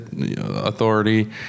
authority